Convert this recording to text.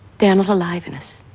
they're not alive in us,